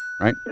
right